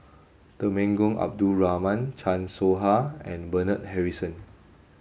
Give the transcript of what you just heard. Temenggong Abdul Rahman Chan Soh Ha and Bernard Harrison